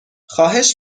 خواهش